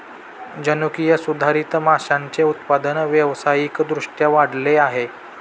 जनुकीय सुधारित माशांचे उत्पादन व्यावसायिक दृष्ट्या वाढले आहे